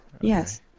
Yes